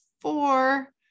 four